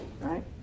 right